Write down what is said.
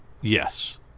Yes